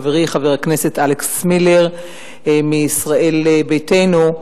חברי חבר הכנסת אלכס מילר מישראל ביתנו.